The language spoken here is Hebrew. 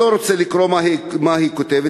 אני לא רוצה לקרוא מה היא כותבת.